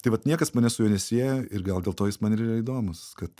tai vat niekas manęs su juo nesieja ir gal dėl to jis man ir yra įdomus kad